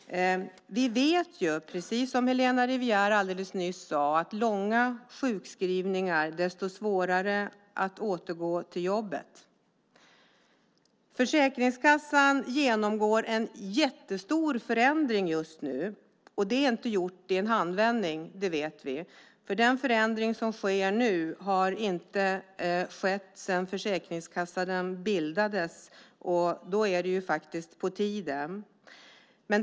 Vi vet, precis som Helena Rivière nyss sade, att ju längre sjukskrivningarna är, desto svårare är det att återgå till jobbet. Försäkringskassan genomgår en jättestor förändring, och vi vet att det inte är gjort i en handvändning. En sådan förändring har inte skett sedan Försäkringskassan bildades, så det är på tiden.